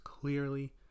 clearly